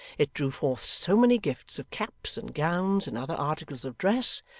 it drew forth so many gifts of caps and gowns and other articles of dress,